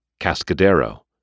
Cascadero